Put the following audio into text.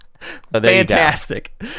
Fantastic